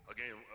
Again